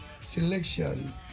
selection